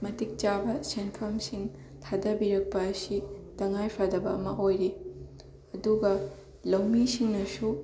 ꯃꯇꯤꯛ ꯆꯥꯕ ꯁꯦꯟꯐꯝꯁꯤꯡ ꯊꯥꯗꯕꯤꯔꯛꯄ ꯑꯁꯤ ꯇꯉꯥꯏꯐꯗꯕ ꯑꯃ ꯑꯣꯏꯔꯤ ꯑꯗꯨꯒ ꯂꯧꯃꯤꯁꯤꯡꯅꯁꯨ